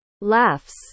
Laughs